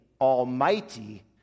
almighty